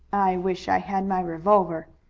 i wish i had my revolver,